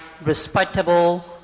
respectable